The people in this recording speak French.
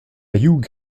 hugh